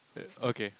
okay